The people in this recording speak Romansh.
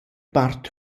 part